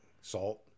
salt